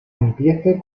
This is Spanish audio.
empiece